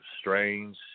strange